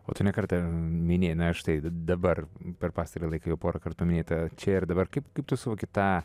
o tu ne kartą minėjai na štai dabar per pastarąjį laiką jau porąkart paminėjai tą čia ir dabar kaip kaip tu suvoki tą